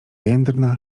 jędrna